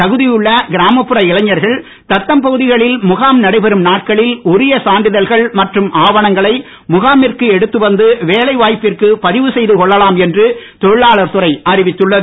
தகுதி உள்ள கிராமப்புற இளைஞர்கள் தத்தம் பகுதிகளில் முகாம் நடைபெறும் நாட்களில் உரிய சான்றிதழ்கள் மற்றும் ஆவணங்களை முகாமிற்கு எடுத்து வந்து வேலை வாய்ப்பிற்கு பதிவு செய்து கொள்ளலாம் என்று தொழிலாளர் துறை அறிவித்துள்ளது